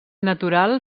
natural